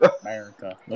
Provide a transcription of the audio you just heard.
America